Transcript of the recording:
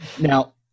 now